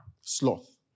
Sloth